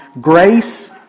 Grace